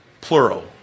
plural